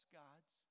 gods